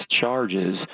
charges